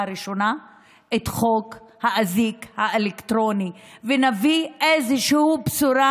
ראשונה גם את חוק האזיק האלקטרוני ונביא איזושהי בשורה